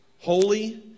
Holy